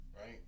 right